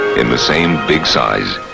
in the same big size.